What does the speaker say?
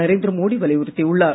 நரேந்திர மோடி வலியுறுத்தி உள்ளார்